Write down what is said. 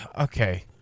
okay